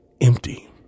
empty